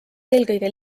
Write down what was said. eelkõige